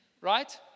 Right